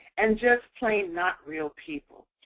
and just plain not real people.